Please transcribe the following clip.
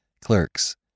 clerks